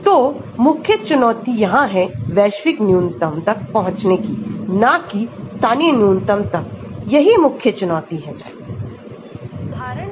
तो मुख्य चुनौतीयहां है वैश्विक न्यूनतम तक पहुंचने की ना कि स्थानीय न्यूनतम तक यही मुख्य चुनौती है